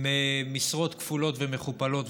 עם משרות כפולות ומכופלות,